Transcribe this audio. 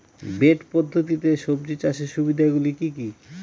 Bed পদ্ধতিতে সবজি চাষের সুবিধাগুলি কি কি?